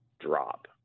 drop